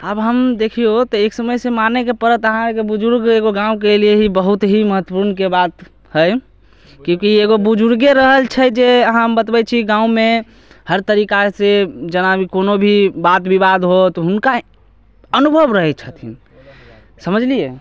आब हम देखियौ तऽ एक समयसँ मानयके पड़त अहाँके बुजुर्ग जे एगो गाँवके लिए ही बहुत ही महत्वपूर्णके बात हइ किएककि एगो बुजुर्गे रहल छै जे अहाँ हम बतबय छी गाँवमे हर तरीकासँ जेना भी कुनो भी बात विवाद होत हुनका अनुभव रहय छथिन समझलियै